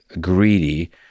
greedy